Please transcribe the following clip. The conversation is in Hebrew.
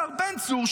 השר בן צור,